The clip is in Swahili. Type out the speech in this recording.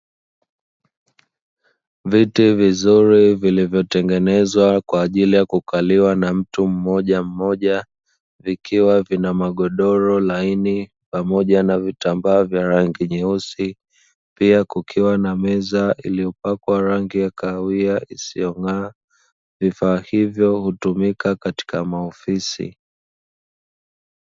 Viti vizuri vilivo tengemzwa kwa ajili ya kuakaliwa na mtu mmoja moja vikiwa na magodoro laini pamoja na vitamba vya rangi nyeusi pia kukiwa na meza iliyopakwa rangi ya kahawia isiyong'aa. Vifaa hivo hutumika katika maofisi.